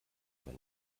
aber